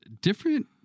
different